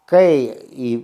kai į